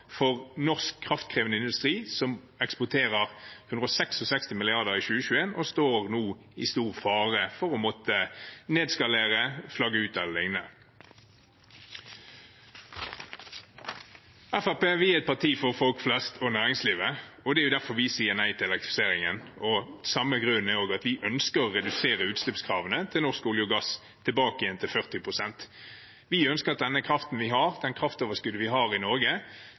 for norsk kraftkrevende industri som eksporterte for 166 mrd. kr i 2021, og nå står i stor fare for å måtte nedskalere, flagge ut eller lignende. Fremskrittspartiet er et parti for folk flest og næringslivet. Det er derfor vi sier nei til elektrifiseringen og av samme grunn ønsker vi å redusere utslippskravene til norsk olje og gass tilbake til 40 pst. Vi ønsker at den kraften vi har og det kraftoverskuddet vi har i Norge,